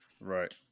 Right